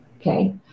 Okay